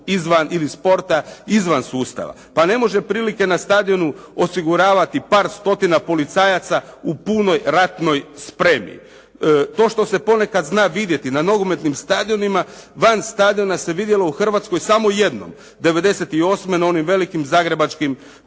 izvan ili sporta izvan sustava. Pa ne može prilike na stadionu osiguravati par stotina policajaca u punoj ratnoj spremi. To što se ponekad zna vidjeti na nogometnim stadionima van stadiona se vidjelo u Hrvatskoj samo jednom. '98. na onim velikim zagrebačkim